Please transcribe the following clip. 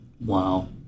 Wow